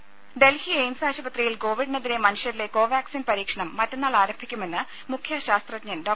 രേര ഡൽഹി എയിംസ് ആശുപത്രിയിൽ കോവിഡിനെതിരെ മനുഷ്യരിലെ കോവാക്സിൻ പരീക്ഷണം മറ്റന്നാൾ ആരംഭിക്കുമെന്ന് മുഖ്യ ശാസ്ത്രജ്ഞൻ ഡോ